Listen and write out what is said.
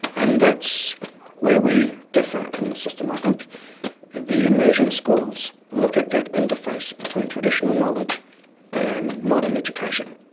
and that's where we differ in the system. i think the immersion schools look at that interface between traditional knowledge and modern education,